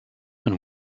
and